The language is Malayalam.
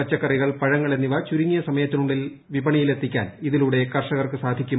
പച്ചക്കറികൾ പഴങ്ങൾ എന്നിവ ചുരുങ്ങിയ സമയത്തിനുള്ളിൽ വിപണിയിലെത്തിക്കാൻ ഇതിലൂടെ കർഷകർക്ക് സാധിക്കും